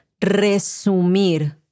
resumir